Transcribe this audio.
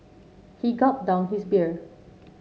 he gulped down his beer